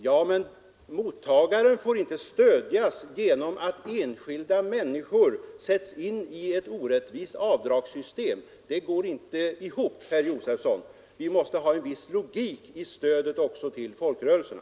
Ja, men mottagaren får inte stödjas genom att enskilda människor sätts in i ett orättvist avdragssystem. Det går inte ihop, herr Josefson. Vi måste ha en viss logik också när det gäller stödet till folkrörelserna.